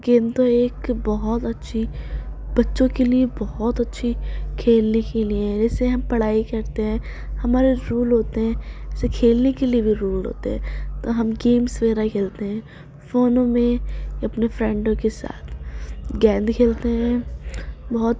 game تو ایک بہت اچھی بچوں کے لیے بہت اچھی کھیلنے کے لیے ہیں جیسے ہم پڑھائی کرتے ہیں ہمارے رول ہوتے ہیں جیسے کھیلنے کے لیے بھی رول ہوتے ہیں تو ہم گیمز وغیرہ کھیلتے ہیں فونوں میں یا اپنے فرینڈوں کے ساتھ گیم کھیلتے ہیں بہت